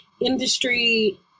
industry